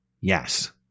Yes